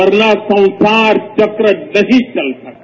वर्ना संसार चक्र नहीं चल सकता